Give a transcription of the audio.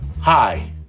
Hi